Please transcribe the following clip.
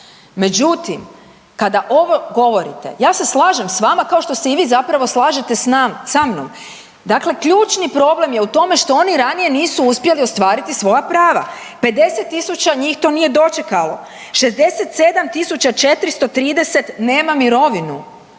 Međutim, kada ovo govorite ja se slažem sa vama kao što se i vi zapravo slažete sa mnom. Dakle, ključni problem je u tome što oni ranije nisu uspjeli ostvariti svoja prava. 50 000 njih to nije dočekalo, 67430 nema mirovinu.